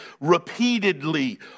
repeatedly